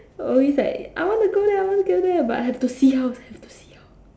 always like I wanna go there I wanna go there but have to see how have to see how